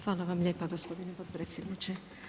Hvala vam lijepa gospodine podpredsjedniče.